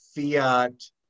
Fiat